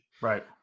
Right